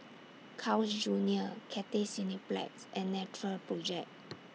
Carl's Junior Cathay Cineplex and Natural Project